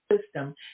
system